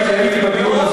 כשמדברים,